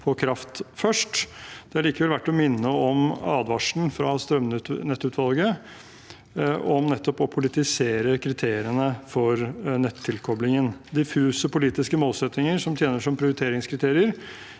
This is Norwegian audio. er det likevel verdt å minne om advarselen fra strømnettutvalget om nettopp å politisere kriteriene for nettilkoblingen. Diffuse politiske målsettinger som tjener som prioriteringskriterier,